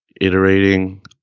iterating